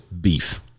beef